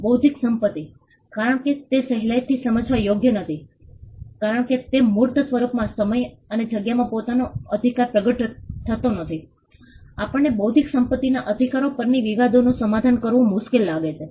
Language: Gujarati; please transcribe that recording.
બૌદ્ધિક સંપત્તિ કારણ કે તે સહેલાઇથી સમજવા યોગ્ય નથી કારણ કે મૂર્ત સ્વરૂપમાં સમય અને જગ્યામાં પોતાનો અધિકાર પ્રગટ થતો નથી આપણને બૌદ્ધિક સંપત્તિના અધિકારો પરના વિવાદોનું સમાધાન કરવું મુશ્કેલ લાગે છે